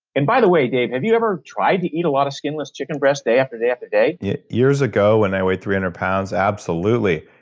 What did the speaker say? and by the way, dave, have you ever tried to eat a lot of skinless chicken breasts day after day after day? years ago when i weighed three hundred pounds, absolutely.